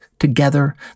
Together